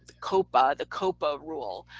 copa, the copa rule.